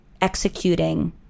executing